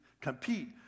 compete